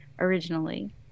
originally